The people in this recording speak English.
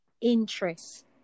interest